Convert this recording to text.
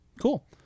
Cool